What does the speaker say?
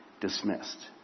dismissed